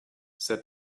said